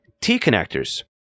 T-connectors